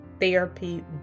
therapy